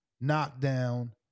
knockdown